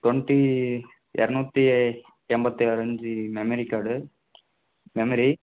twenty இரநூத்தி ஐம்பத்தி ஆறு இன்ச் மெமரி கார்டு மெமரி